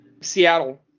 Seattle